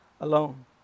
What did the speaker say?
alone